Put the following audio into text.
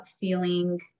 feeling